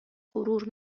غرور